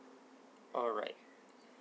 alright